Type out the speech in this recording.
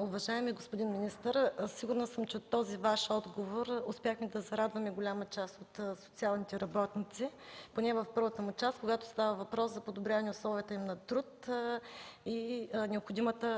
Уважаеми господин министър, сигурна съм, че с този Ваш отговор успяхме да зарадваме голяма част от социалните работници, поне в първата му част, когато става въпрос за подобряване на условията на труд и